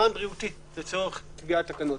בריאותי לצורך קביעת תקנות.